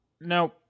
Now